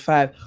Five